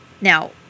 Now